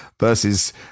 versus